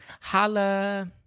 Holla